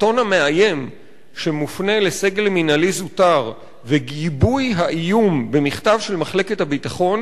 הטון המאיים שמופנה לסגל מינהלי זוטר וגיבוי האיום במכתב של מחלקת הביטחון